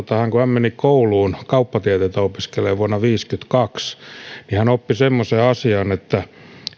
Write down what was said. kun hän meni kouluun kauppatieteitä opiskelemaan vuonna viisikymmentäkaksi niin hän oppi semmoisen asian että